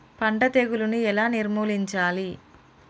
పంట తెగులుని ఎలా నిర్మూలించాలి?